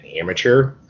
amateur